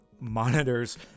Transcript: monitors